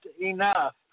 enough